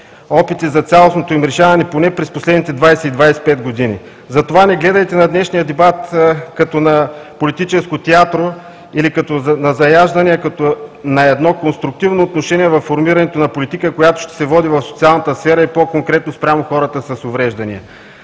опити за цялостното им решаване поне през последните 20 – 25 години. Затова не гледайте на днешния дебат като на политическо театро или като на заяждане, а на едно конструктивно отношение във формирането на политика, която ще се води в социалната сфера и по-конкретно спрямо хората с увреждания.